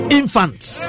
infants